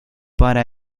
para